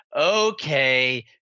Okay